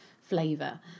flavor